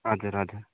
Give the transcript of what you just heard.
हजुर हजुर